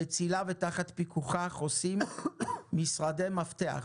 בצילה ותחת פיקוחה חוסים משרדי מפתח,